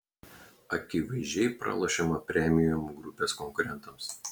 akivaizdžiai pralošiama premium grupės konkurentams